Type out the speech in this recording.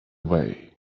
way